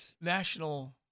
national